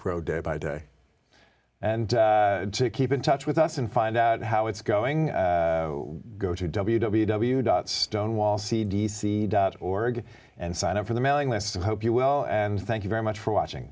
grow day by day and to keep in touch with us and find out how it's going go to w w w dot stonewall c d c dot org and sign up for the mailing list of hope you will and thank you very much for watching